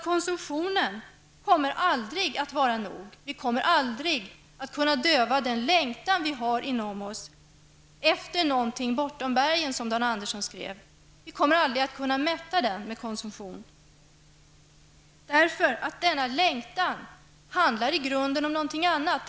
Konsumtionen kommer aldrig att vara nog. Vi kommer aldrig att kunna döva den längtan vi har inom oss efter någonting bortom bergen, som Dan Andersson skrev. Vi kommer aldrig att kunna mätta denna längtan med konsumtion, för den handlar i grunden om någonting annat.